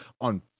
on